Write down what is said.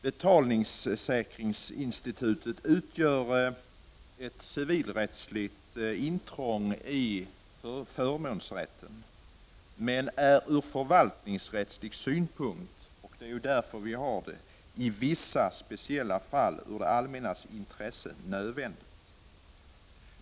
Betalningssäkringsinstitutet utgär civilrättsligt ett intrång i förmånsrätten, men det är ur förvaltningsrättslig synpunkt i vissa speciella fall nödvändigt med hänsyn till det allmännas intresse. Det är ju därför vi har detta institut.